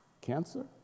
Cancer